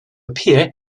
appear